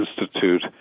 institute